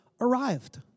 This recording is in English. arrived